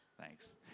Thanks